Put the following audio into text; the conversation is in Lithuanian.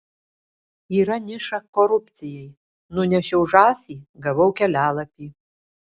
yra niša korupcijai nunešiau žąsį gavau kelialapį